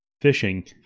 fishing